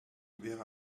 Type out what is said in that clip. wäre